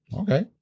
Okay